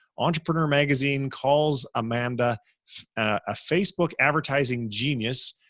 entrepreneur magazine calls amanda a facebook advertising genius.